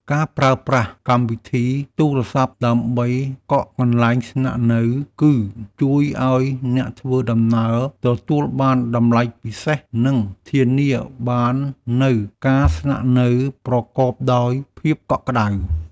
ការប្រើប្រាស់កម្មវិធីទូរសព្ទដើម្បីកក់កន្លែងស្នាក់នៅ គឺ ជួយឱ្យអ្នកធ្វើដំណើរទទួលបានតម្លៃពិសេស និង ធានាបាននូវការស្នាក់នៅប្រកបដោយភាពកក់ក្ដៅ។